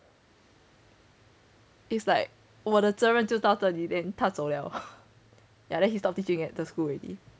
it's like 我的责任就到这里 then 他走了 yeah then he's not teaching at the school already